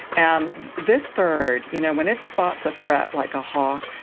and this bird, you know when it spots a threat like a hawk,